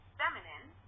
feminine